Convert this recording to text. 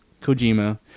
Kojima